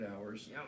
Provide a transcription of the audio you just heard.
hours